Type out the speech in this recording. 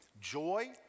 joy